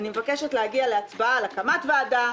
אני מבקשת להגיע להצבעה על הקמת ועדה,